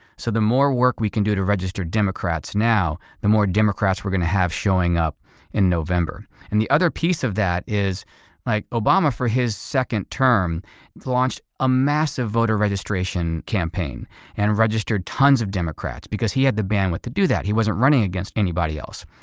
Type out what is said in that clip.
so the more work we can do to register democrats now, the more democrats we're going to have showing up in november. and the other piece of that is like obama for his second term launched a massive voter registration campaign and registered tons of democrats because he had the bandwidth to do that. he wasn't running against anybody else.